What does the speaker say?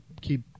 keep